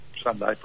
Sunday